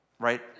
right